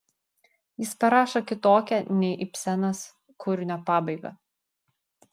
jis parašo kitokią nei ibsenas kūrinio pabaigą